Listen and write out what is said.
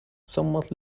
somewhat